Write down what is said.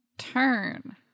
Turn